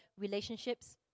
relationships